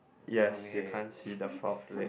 yes you can't see the fourth leg